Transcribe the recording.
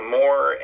more